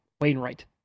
Wainwright